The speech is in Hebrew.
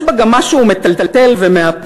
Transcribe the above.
יש בה גם משהו מטלטל ומאפס.